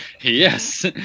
yes